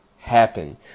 happen